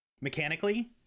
mechanically